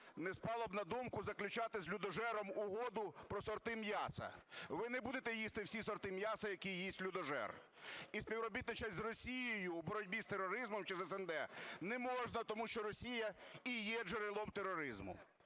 не спало на думку заключати з людожером угоду про сорти м'яса, ви не будете їсти всі сорти м'яса, які їсть людожер. І співробітничати з Росією у боротьбі з тероризмом чи з СНД не можна, тому що Росія і є джерелом тероризму.